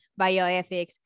bioethics